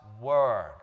word